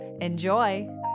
Enjoy